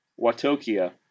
Watokia